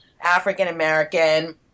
African-American